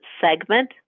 segment